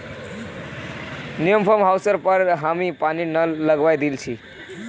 नया फार्म हाउसेर पर हामी पानीर नल लगवइ दिल छि